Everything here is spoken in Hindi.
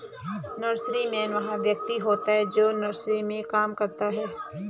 नर्सरीमैन वह व्यक्ति होता है जो नर्सरी में काम करता है